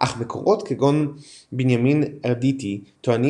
אך מקורות כגון בנימין ארדיטי טוענים